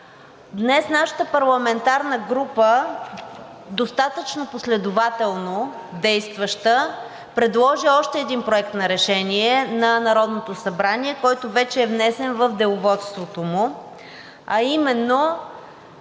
Днес нашата парламентарна група, достатъчно последователно действаща, предложи още един Проект на решение на Народното събрание, който вече е внесен в Деловодството му, а именно: